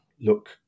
look